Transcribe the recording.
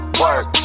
work